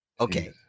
Okay